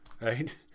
right